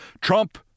Trump